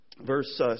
Verse